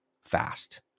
fast